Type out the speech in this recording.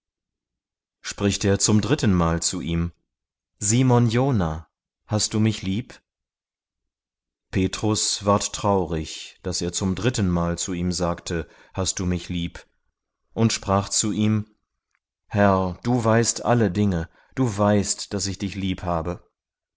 spricht er zum drittenmal zu ihm simon jona hast du mich lieb petrus ward traurig daß er zum drittenmal zu ihm sagte hast du mich lieb und sprach zu ihm herr du weißt alle dinge du weißt daß ich dich liebhabe